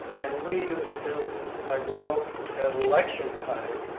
and we used to go out at election time,